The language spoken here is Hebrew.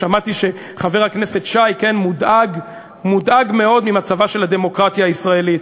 שמעתי שחבר הכנסת שי מודאג מאוד ממצבה של הדמוקרטיה הישראלית.